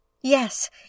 Yes